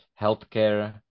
healthcare